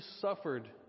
suffered